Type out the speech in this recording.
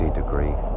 degree